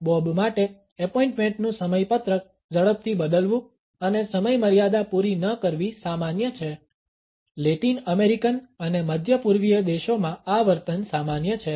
Bob માટે એપોઇન્ટમેન્ટનું સમયપત્રક ઝડપથી બદલવું અને સમયમર્યાદા પૂરી ન કરવી સામાન્ય છે લેટિન અમેરિકન અને મધ્ય પૂર્વીય દેશોમાં આ વર્તન સામાન્ય છે